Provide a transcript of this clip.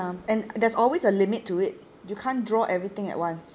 and there's always a limit to it you can't draw everything at once